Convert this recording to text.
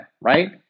right